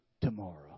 tomorrow